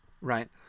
right